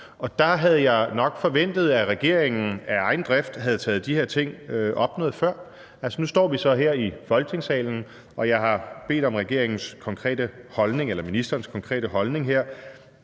og der havde jeg nok forventet, at regeringen af egen drift havde taget de her ting op noget før. Nu står vi så her i Folketingssalen, og jeg har bedt om regeringens eller ministerens konkrete holdning her.